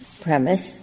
premise